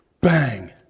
bang